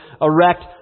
erect